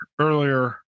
earlier